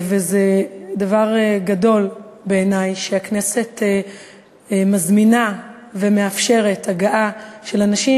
וזה דבר גדול בעיני שהכנסת מזמינה ומאפשרת הגעה של אנשים,